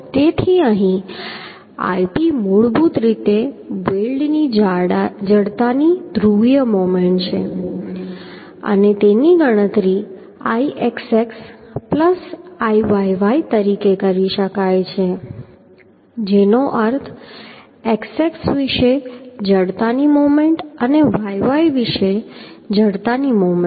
તેથી અહીં Ip મૂળભૂત રીતે વેલ્ડની જડતાની ધ્રુવીય મોમેન્ટ છે અને તેની ગણતરી Ixx Iyy તરીકે કરી શકાય છે જેનો અર્થ થાય છે xxx વિશે જડતાની મોમેન્ટ અને yyy વિશેની જડતાની મોમેન્ટ